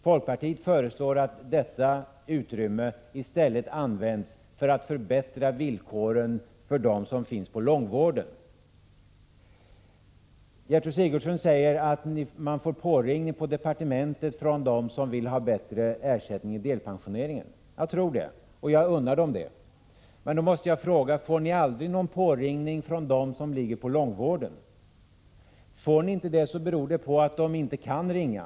Folkpartiet föreslår att detta utrymme i stället används för att förbättra villkoren för dem som finns inom långvården. Gertrud Sigurdsen säger att man får påringningar på departementet från personer som vill ha bättre ersättning när det gäller delpensioneringen. Jag tror att det är riktigt, och jag unnar dem det. Men då måste jag fråga om ni aldrig får någon påringning från dem som ligger på långvården. Får ni inte det beror det på att de inte kan ringa.